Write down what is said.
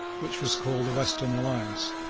which was called the western alliance,